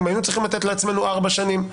היינו צריכים לתת לעצמנו ארבע שנים".